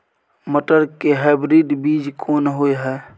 मटर के हाइब्रिड बीज कोन होय है?